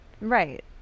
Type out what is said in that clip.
Right